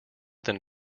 than